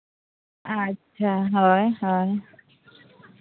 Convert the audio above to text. ᱟᱪᱪᱷᱟ ᱦᱳᱭ ᱦᱳᱭ